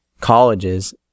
colleges